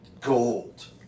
gold